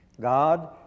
God